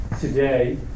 Today